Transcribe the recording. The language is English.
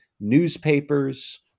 Newspapers